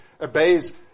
obeys